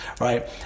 right